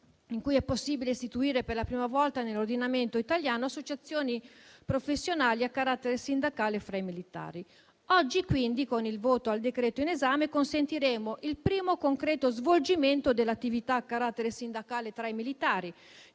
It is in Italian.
in cui è possibile istituire per la prima volta nell'ordinamento italiano associazioni professionali a carattere sindacale fra i militari. Oggi quindi con il voto al decreto-legge in esame consentiremo il primo concreto svolgimento dell'attività a carattere sindacale tra i militari,